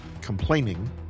complaining